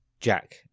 Jack